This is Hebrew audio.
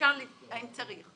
האם צריך.